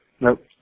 Nope